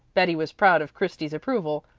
betty was proud of christy's approval.